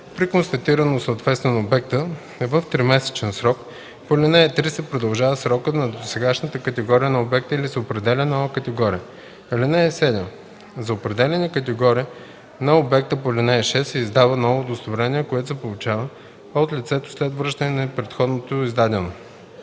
При констатирано съответствие на обекта в тримесечния срок по ал. 3 се продължава срокът на досегашната категория на обекта или се определя нова категория. (7) За определената категория на обекта по ал. 6 се издава ново удостоверение, което се получава от лицето след връщане на предходно издаденото.